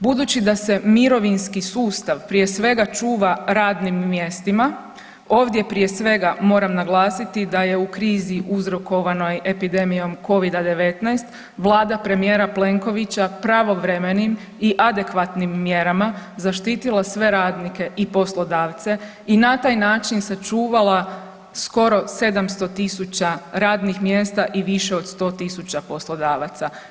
Budući da se mirovinski sustav prije svega čuva radnim mjestima ovdje prije svega moram naglasiti da je u krizi uzrokovanoj epidemijom Covid-19 vlada premijera Plenkovića pravovremenim i adekvatnim mjerama zaštitila sve radnike i poslodavce i na taj način sačuvala skoro 700.000 radnih mjesta i više od 100.000 poslodavaca.